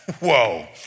Whoa